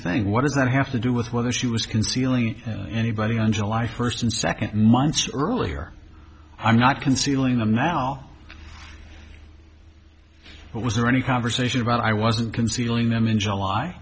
thing what does that have to do with whether she was concealing anybody on july first and second months earlier i'm not concealing them now but was there any conversation about i wasn't concealing them in july